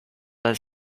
dal